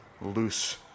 loose